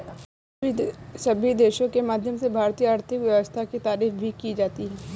सभी देशों के माध्यम से भारतीय आर्थिक व्यवस्था की तारीफ भी की जाती है